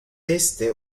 este